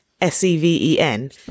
S-E-V-E-N